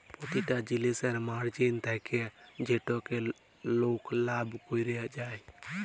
পতিটা জিলিসের মার্জিল থ্যাকে যেটতে লক লাভ ক্যরে যায়